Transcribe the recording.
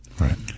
right